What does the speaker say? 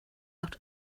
out